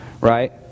Right